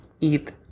eat